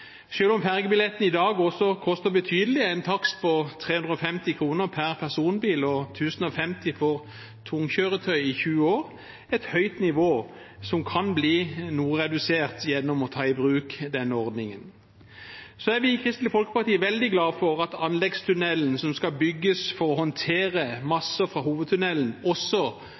om fergebilletten i dag også koster betydelig, er en takst på 350 kr per personbil og 1 050 kr for tunge kjøretøy – i 20 år – et høyt nivå, som kan bli noe redusert gjennom å ta i bruk denne ordningen. Så er vi i Kristelig Folkeparti veldig glad for at anleggstunnelen som skal bygges for å håndtere masser fra hovedtunnelen, også